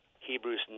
Hebrews